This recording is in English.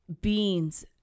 Beans